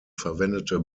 verwendete